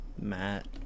Matt